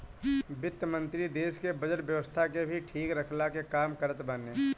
वित्त मंत्री देस के बजट व्यवस्था के भी ठीक रखला के काम करत बाने